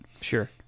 Sure